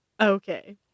Okay